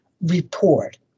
report